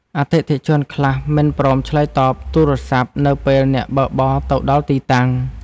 អតិថិជនខ្លះមិនព្រមឆ្លើយតបទូរសព្ទ នៅពេលអ្នកបើកបរទៅដល់ទីតាំង។